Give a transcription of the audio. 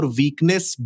weakness